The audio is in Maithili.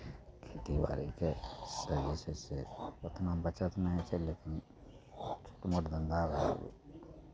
ताहि दुआरे ओहिसँ जे छै से उतना बचत नहि होइ छै लेकिन मोट धन्धा उएह